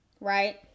right